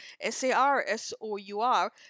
S-A-R-S-O-U-R